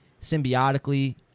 symbiotically